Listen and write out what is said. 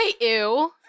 ew